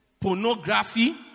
pornography